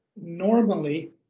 normally